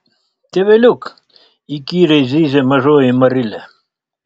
tėveliuk įkyriai zyzė mažoji marilė